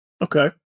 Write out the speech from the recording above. Okay